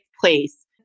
place